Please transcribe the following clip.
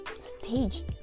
stage